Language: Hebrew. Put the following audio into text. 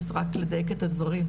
אז רק לדייק את הדברים.